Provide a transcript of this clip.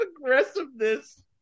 aggressiveness